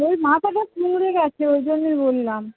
ওই মাথাটা কুঁকড়ে গেছে ওই জন্যই বললাম